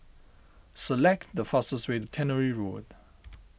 select the fastest way Tannery Road